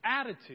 Attitude